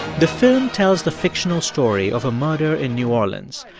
the film tells the fictional story of a murder in new orleans.